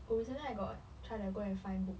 oh recently I got try to go and find book